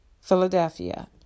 Philadelphia